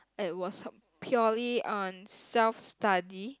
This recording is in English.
it was purely on self study